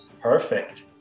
Perfect